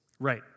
Right